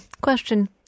question